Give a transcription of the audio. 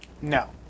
No